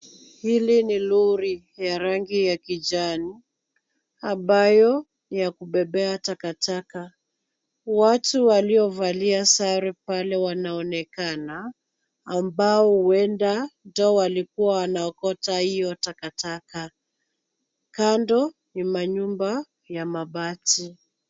Hili ni lori ya rangi ya kijani ambayo ni ya kubebea taka. Watu waliovalia sare pale wanaonekana ambao huenda wanaokota hiyo takataka. Kando ni ya manyumba ya mabati.